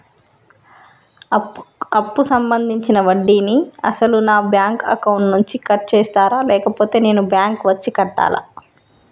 అప్పు సంబంధించిన వడ్డీని అసలు నా బ్యాంక్ అకౌంట్ నుంచి కట్ చేస్తారా లేకపోతే నేను బ్యాంకు వచ్చి కట్టాలా?